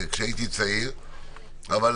תחום, וכל